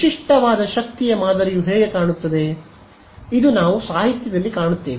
ವಿಶಿಷ್ಟವಾದ ಶಕ್ತಿಯ ಮಾದರಿಯು ಹೇಗೆ ಕಾಣುತ್ತದೆ ಇದು ನಾವು ಸಾಹಿತ್ಯದಲ್ಲಿ ಕಾಣುತ್ತೇವೆ